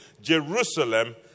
Jerusalem